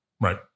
right